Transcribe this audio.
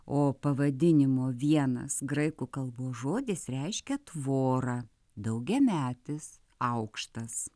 o pavadinimo vienas graikų kalbos žodis reiškia tvorą daugiametis aukštas